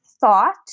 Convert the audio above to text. thought